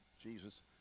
Jesus